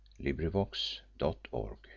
LibriVox.org